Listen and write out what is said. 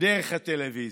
דרך הטלוויזיה.